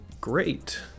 great